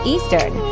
Eastern